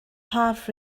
half